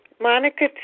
Monica